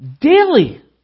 Daily